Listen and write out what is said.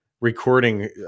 recording